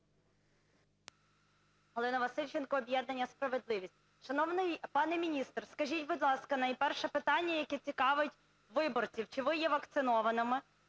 Галина Васильченко, об'єднання "Справедливість". Шановний пане міністр, скажіть, будь ласка, найперше питання, яке цікавить виборців: чи ви є вакцинованим?